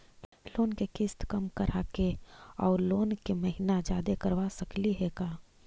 Loan के किस्त कम कराके औ लोन के महिना जादे करबा सकली हे का?